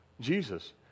Jesus